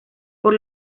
por